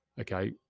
okay